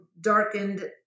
darkened